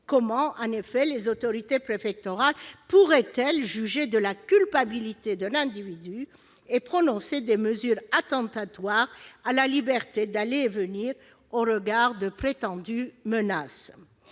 Comment, en effet, les autorités préfectorales pourraient-elles juger de la culpabilité d'un individu et prononcer des mesures attentatoires à la liberté d'aller et venir au regard de prétendues menaces ?